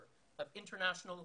הלל ניואר, המנהל של